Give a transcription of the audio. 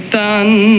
done